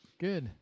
Good